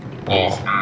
(uh huh)